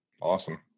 Awesome